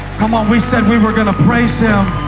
um um we said we were going to praise him